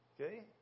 Okay